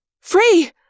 free